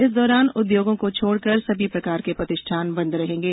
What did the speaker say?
इस दौरान उद्योगों को छोड़कर सभी प्रकार के प्रतिष्ठान बंद रहेंगे